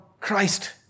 Christ